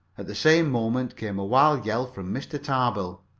at the same moment came a wild yell from mr. tarbill.